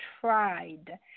tried